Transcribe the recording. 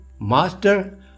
Master